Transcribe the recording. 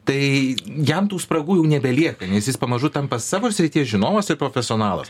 tai jam tų spragų jau nebelieka nes jis pamažu tampa savo srities žinovas ir profesionalas